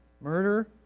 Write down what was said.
murder